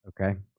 Okay